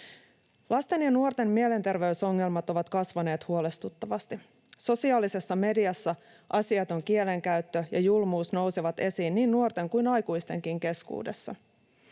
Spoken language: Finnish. Lasten ja nuorten mielenterveysongelmat ovat kasvaneet huolestuttavasti. Sosiaalisessa mediassa asiaton kielenkäyttö ja julmuus nousevat esiin niin nuorten kuin aikuistenkin keskuudessa.